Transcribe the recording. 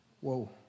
Whoa